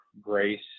grace